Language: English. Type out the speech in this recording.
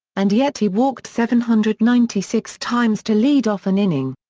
and yet he walked seven hundred ninety six times to lead off an inning.